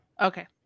Okay